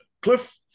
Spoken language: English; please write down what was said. Cliff